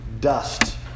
dust